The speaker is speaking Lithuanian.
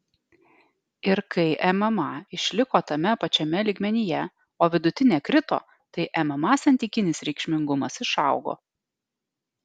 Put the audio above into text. ir kai mma išliko tame pačiame lygmenyje o vidutinė krito tai mma santykinis reikšmingumas išaugo